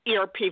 ERP